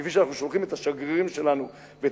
כפי שאנחנו שולחים את השגרירים שלנו ואת